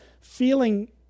feeling